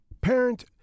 parent